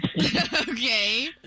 Okay